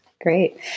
Great